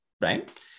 Right